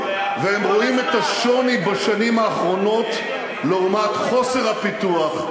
והם רואים את השוני בשנים האחרונות לעומת חוסר הפיתוח,